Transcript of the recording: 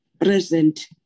present